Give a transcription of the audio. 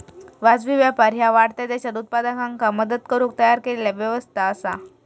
वाजवी व्यापार ह्या वाढत्या देशांत उत्पादकांका मदत करुक तयार केलेला व्यवस्था असा